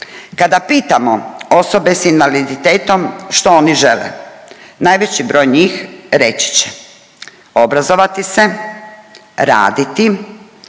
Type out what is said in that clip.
Kada pitamo osobe sa invaliditetom što oni žele najveći broj njih reći će obrazovati se, raditi,